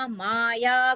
maya